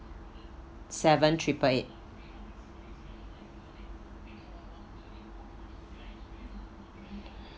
seven triple eight